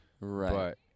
Right